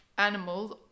animals